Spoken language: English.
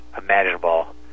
imaginable